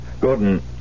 Gordon